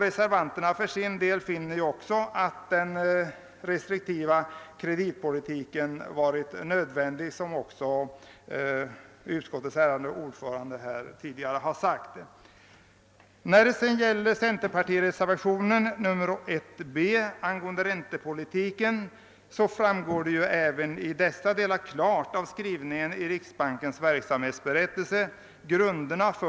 Reservanterna för sin del menar också att den restriktiva kreditpolitiken varit nödvändig, vilket utskottets ärade ordförande även framhållit. Beträffande centerpartiets reservation 1 b angående räntepolitiken vill jag framhålla att grunderna för de vidtagna åtgärderna klart framgår av riksbankens verksamhetsberättelse.